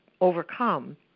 Overcome